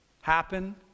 happen